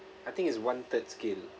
I think it's one third skill